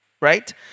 Right